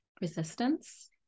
resistance